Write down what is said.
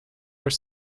are